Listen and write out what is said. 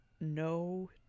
no